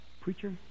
Preacher